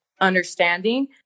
understanding